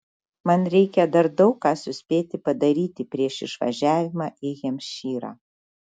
man reikia dar daug ką suspėti padaryti prieš išvažiavimą į hempšyrą